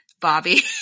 Bobby